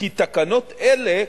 וכי תקנות אלה,